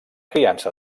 criança